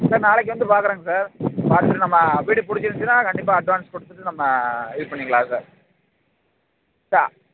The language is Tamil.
சார் நாளைக்கி வந்து பார்க்கறேங்க சார் பார்த்துட்டு நம்ம வீடு பிடிச்சிருந்துச்சின்னா கண்டிப்பாக அட்வான்ஸ் கொடுத்துட்டு நம்ம இது பண்ணிக்கலாம் சார் சா